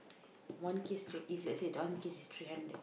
one kiss straight if let's say you don't want to kiss it's three hundred